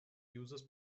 users